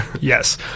Yes